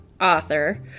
author